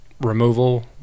removal